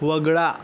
वगळा